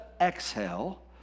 exhale